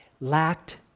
lacked